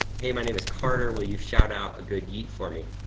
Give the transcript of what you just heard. hey, my name is carter. will you shout-out a good yeet for me?